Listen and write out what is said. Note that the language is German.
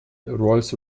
rolls